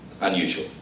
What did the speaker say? unusual